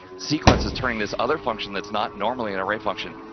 sequence is turning this other function, that's not normally an array function,